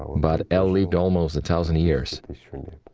but el lived almost a thousand years.